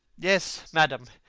yes, madam,